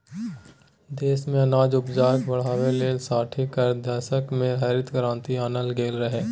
देश मे अनाज उपजाकेँ बढ़ाबै लेल साठि केर दशक मे हरित क्रांति आनल गेल रहय